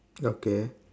okay